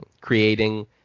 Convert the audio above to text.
creating